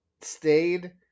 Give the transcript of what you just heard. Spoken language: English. stayed